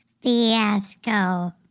fiasco